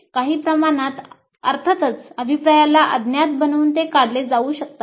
काही प्रमाणात अर्थातच अभिप्रायाला अज्ञात बनवून ते काढले जाऊ शकते